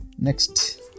Next